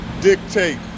dictate